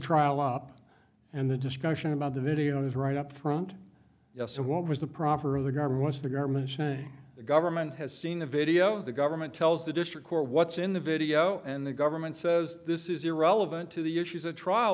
trial up and the discussion about the video is right up front yes and what was the proffer of the government to the government saying the government has seen the video the government tells the district court what's in the video and the government says this is irrelevant to the issues a trial